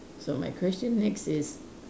so my question next is